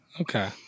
Okay